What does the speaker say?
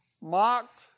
mocked